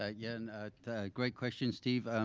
again, great question steve.